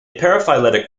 paraphyletic